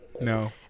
No